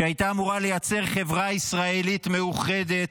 שהייתה אמורה לייצר חברה ישראלית מאוחדת,